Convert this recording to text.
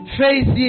faith